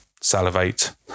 salivate